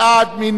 מי נגד?